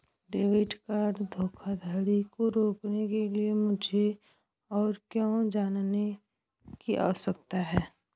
Debit card धोखाधड़ी को रोकने के लिए मुझे और क्या जानने की आवश्यकता है?